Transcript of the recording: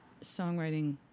songwriting